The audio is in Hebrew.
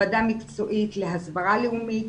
ועדה מקצועית להסברה לאומית,